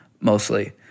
mostly